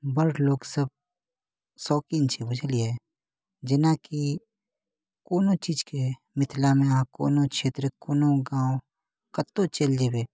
बहुत लोक सभ शौकीन छै बुझलियै जेनाकि कोनो चीजकेँ मिथिलामे आब कोनो क्षेत्र कोनो गाँव कतहुँ चलि जेबै